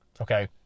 okay